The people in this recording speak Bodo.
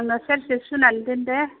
आंनो सेरसे सुनानै दोन दे